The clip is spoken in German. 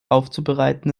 aufzubereiten